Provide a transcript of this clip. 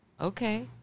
Okay